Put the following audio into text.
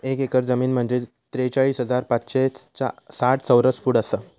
एक एकर जमीन म्हंजे त्रेचाळीस हजार पाचशे साठ चौरस फूट आसा